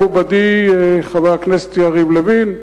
מכובדי חבר הכנסת יריב לוין,